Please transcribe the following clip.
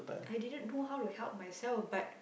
I didn't know how to help myself but